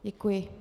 Děkuji.